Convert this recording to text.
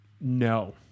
No